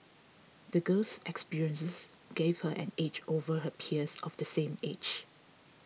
the girl's experiences gave her an edge over her peers of the same age